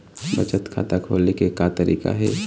बचत खाता खोले के का तरीका हे?